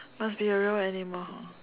must be a real animal hor